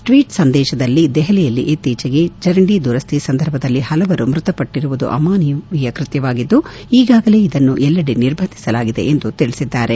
ಟ್ನೀಟ್ ಸಂದೇಶದಲ್ಲಿ ದೆಹಲಿಯಲ್ಲಿ ಇತ್ತೀಚೆಗೆ ಚರಂಡಿ ದುರಸ್ತಿ ಸಂದರ್ಭದಲ್ಲಿ ಹಲವರು ಮೃತಪಟ್ಲಿರುವುದು ಅಮಾನವೀಯ ಕೃತ್ಯವಾಗಿದ್ದು ಈಗಾಗಲೇ ಇದನ್ನು ಎಲ್ಲೆಡೆ ನಿರ್ಬಂಧಿಸಲಾಗಿದೆ ಎಂದು ತಿಳಿಸಿದ್ದಾರೆ